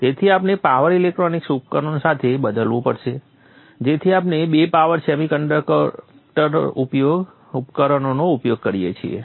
તેથી આપણે power electronic ઉપકરણો સાથે બદલવું પડશે જેથી આપણે બે પાવર સેમીકન્ડક્ટર ઉપકરણોનો ઉપયોગ કરીએ છીએ